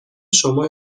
شما